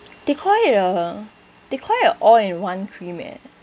they call it a they call it a all in one cream eh